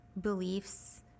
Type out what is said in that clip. beliefs